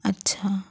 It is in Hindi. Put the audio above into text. अच्छा